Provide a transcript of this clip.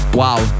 wow